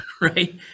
Right